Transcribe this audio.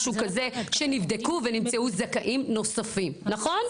משהו כזה, שנבדקו ונמצאו זכאים נוספים, נכון?